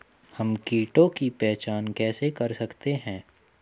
हम कीटों की पहचान कैसे कर सकते हैं?